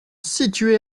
situés